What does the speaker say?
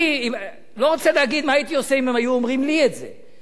אני לא רוצה להגיד מה הייתי עושה אם הם היו אומרים לי את זה,